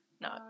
no